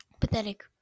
pathetic